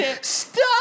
stop